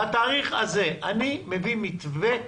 בתאריך הזה אני מביא מתווה,